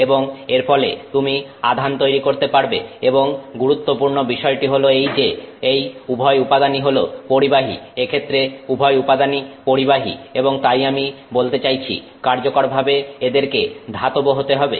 এবং এর ফলে তুমি আধান তৈরি করতে পারবে এবং গুরুত্বপূর্ণ বিষয়টি হলো এই যে এই উভয় উপাদানই হল পরিবাহী এক্ষেত্রে উভয় উপাদানই পরিবাহী এবং তাই আমি বলতে চাইছি কার্যকরভাবে এদেরকে ধাতব হতে হবে